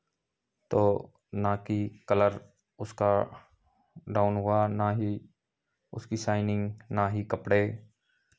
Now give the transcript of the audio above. तो ना कि कलर उसका डाउन हुआ ना ही उसकी शाइनिंग ना ही कपड़े